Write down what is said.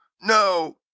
No